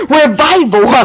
revival